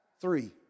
three